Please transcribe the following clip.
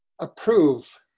approve